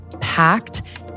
packed